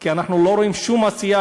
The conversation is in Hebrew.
כי אנחנו לא רואים שום עשייה,